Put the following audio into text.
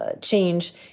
change